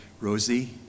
Rosie